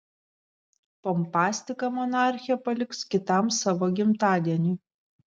pompastiką monarchė paliks kitam savo gimtadieniui